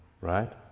right